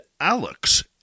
Alex